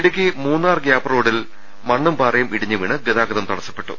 Idukki Munnar gap റോഡിൽ മണ്ണും പാറയും ഇടിഞ്ഞു വീണ് ഗതാഗതം തടസ്സപ്പെട്ടു